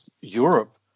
Europe